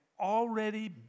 already